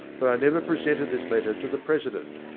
but i never presented this letter to the president.